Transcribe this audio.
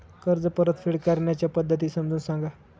कर्ज परतफेड करण्याच्या पद्धती समजून सांगा